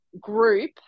group